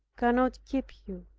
cannot keep you.